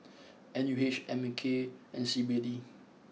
N U H A M K and C B D